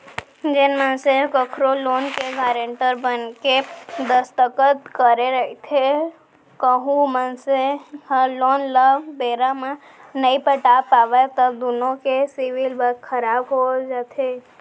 जेन मनसे ह कखरो लोन के गारेंटर बनके दस्कत करे रहिथे कहूं मनसे ह लोन ल बेरा म नइ पटा पावय त दुनो के सिविल खराब हो जाथे